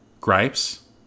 gripes